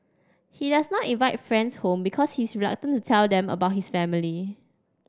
he does not invite friends home because he is reluctant to tell them about his family